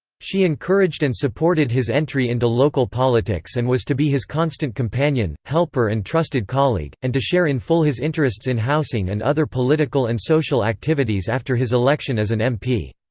she encouraged and supported his entry into local politics and was to be his constant companion, helper and trusted colleague, and to share in full his interests in housing and other political and social activities after his election as an mp.